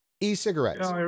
e-cigarettes